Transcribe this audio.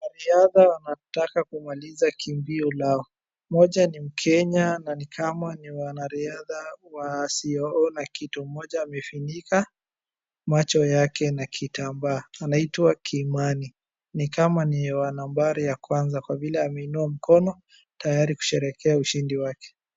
Wanariadha wanataka kumaliza kimbio lao. Mmoja ni mKenya na ni kama ni wanariadha wasio ona kitu. Mmoja amefunika macho yake na kitambaa, anaitwa Kimani. Ni kama niye wa nambari ya kwanza, kwa vile ameinua mkono, tayari kusherehekea ushindi wake.